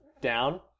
down